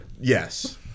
yes